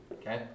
Okay